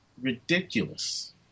ridiculous